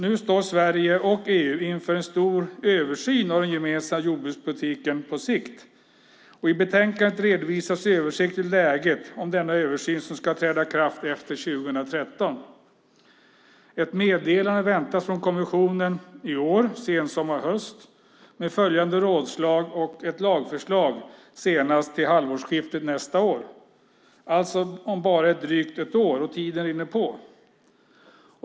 Nu står Sverige och EU inför en stor översyn av den gemensamma jordbrukspolitiken på sikt. I betänkandet redovisas översiktligt läget om denna översyn som ska träda i kraft efter 2013. Ett meddelande väntas från kommissionen i år, sensommar eller höst, med följande rådslag och ett lagförslag senast till halvårsskiftet nästa år - alltså om bara ett drygt år, och tiden rinner på.